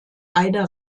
eine